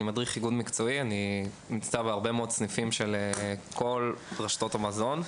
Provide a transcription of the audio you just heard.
אני נמצא בהרבה מאוד סניפים של כל רוב רשתות המזון.